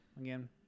again